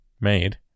made